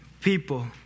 people